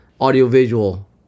audiovisual